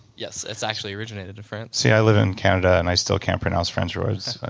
yes. it's actually originated in france see i live in canada and i still can't pronounce french words.